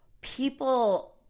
people –